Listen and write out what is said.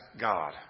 God